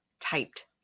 typed